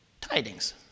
tidings